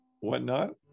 whatnot